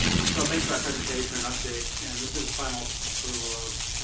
so thanks for that presentation and update. and this is the final approval of,